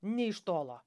nė iš tolo